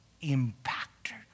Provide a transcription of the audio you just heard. impacted